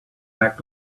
back